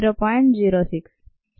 06